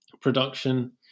production